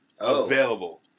available